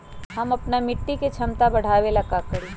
हम अपना मिट्टी के झमता बढ़ाबे ला का करी?